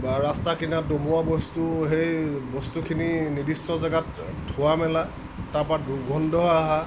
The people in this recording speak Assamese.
বা ৰাস্তাৰ কিনাৰত দ'মোৱা বস্তু সেই বস্তুখিনি নিৰ্দিষ্ট জেগাত থোৱা মেলা তাৰ পৰা দুৰ্গন্ধ অহা